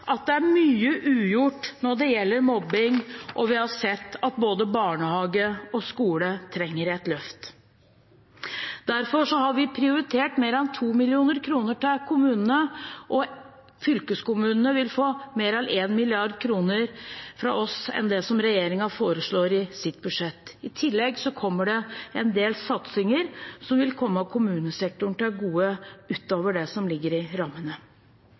at det er mye ugjort når det gjelder mobbing, og vi har sett at både barnehage og skole trenger et løft. Derfor har vi prioritert mer enn 2 mrd. kr til kommunene, og fylkeskommunene vil få 1 mrd. kr mer fra oss enn det som regjeringen foreslår i sitt budsjett. I tillegg kommer det en del satsinger som vil komme kommunesektoren til gode utover det som ligger i rammene.